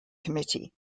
committee